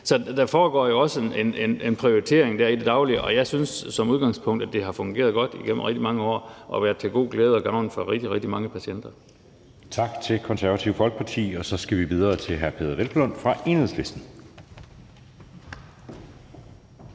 Så der foregår jo også en prioritering i det daglige, og jeg synes som udgangspunkt, at det har fungeret godt igennem rigtig mange år og har været til glæde og gavn for rigtig, rigtig mange patienter. Kl. 19:31 Anden næstformand (Jeppe Søe): Tak til Det Konservative Folkeparti. Så skal vi videre til hr. Peder Hvelplund fra Enhedslisten.